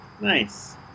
Nice